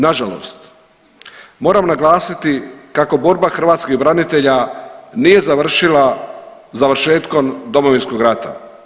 Nažalost, moram naglasiti kako borba hrvatskih branitelja nije završila završetkom Domovinskog rata.